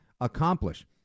accomplish